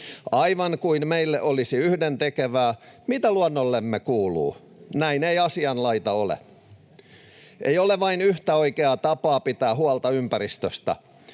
aivan kuin meille olisi yhdentekevää, mitä luonnollemme kuuluu. Näin ei asianlaita ole. Ei ole vain yhtä oikeaa tapaa pitää huolta ympäristöstä.